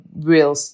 real